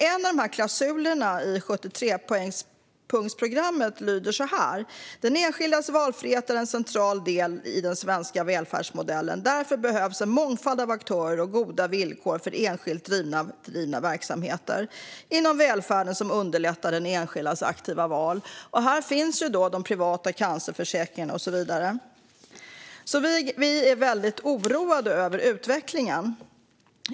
En av klausulerna i 73-punktsprogrammet lyder nämligen: Den enskildes valfrihet är en central del av den svenska välfärdsmodellen. Därför behövs en mångfald av aktörer och goda villkor för enskilt drivna verksamheter inom välfärden som underlättar den enskildes aktiva val. Här finns de privata cancerförsäkringarna och så vidare. Vi är därför mycket oroade över utvecklingen.